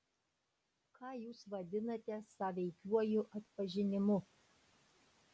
ką jūs vadinate sąveikiuoju atpažinimu